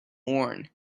worn